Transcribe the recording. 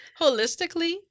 Holistically